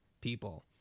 people